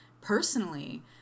personally